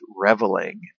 reveling